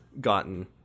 gotten